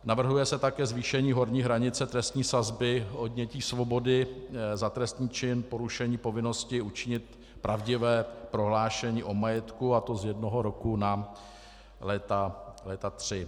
Navrhuje se také zvýšení horní hranice trestní sazby odnětí svobody za trestný čin porušení povinnosti učinit pravdivé prohlášení o majetku, a to z jednoho roku na léta tři.